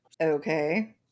Okay